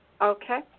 Okay